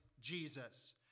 Jesus